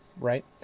right